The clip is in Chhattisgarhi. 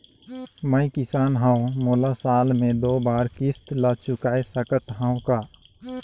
मैं किसान हव मोला साल मे दो बार किस्त ल चुकाय सकत हव का?